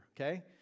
okay